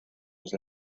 was